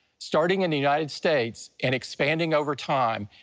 starting in the united states, and expanding over time,